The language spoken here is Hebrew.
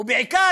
ובעיקר,